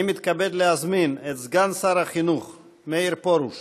אני מתכבד להזמין את סגן שר החינוך מאיר פרוש